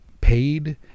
paid